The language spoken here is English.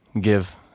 give